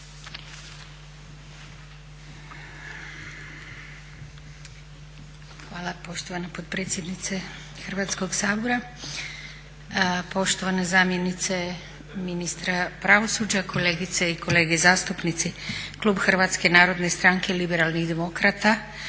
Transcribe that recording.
Hvala poštovana potpredsjednice Hrvatskog sabora, poštovana zamjenice ministra pravosuđa, kolegice i kolege zastupnici. Klub HNS-a podržat će konačni prijedlog